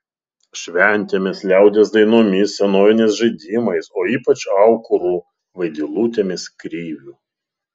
šventėmis liaudies dainomis senoviniais žaidimais o ypač aukuru vaidilutėmis kriviu